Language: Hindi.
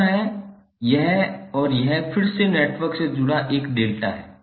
तीसरा है यह और यह फिर से नेटवर्क से जुड़ा एक डेल्टा है